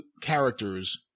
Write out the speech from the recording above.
characters